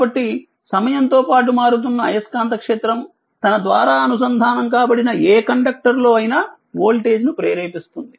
కాబట్టి సమయంతో పాటు మారుతున్న అయస్కాంత క్షేత్రంతన ద్వారా అనుసంధానం కాబడిన ఏ కండక్టర్ లో అయినా వోల్టేజ్ ను ప్రేరేపిస్తుంది